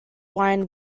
wine